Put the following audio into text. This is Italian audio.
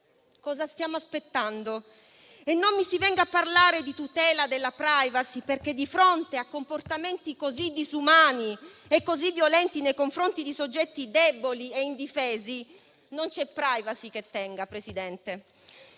Cosa stiamo aspettando? E non mi si venga a parlare di tutela della *privacy*, perché di fronte a comportamenti così disumani e violenti nei confronti di soggetti deboli e indifesi non c'è *privacy* che tenga. Mi